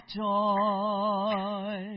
joy